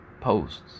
posts